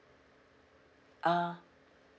uh